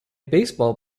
baseball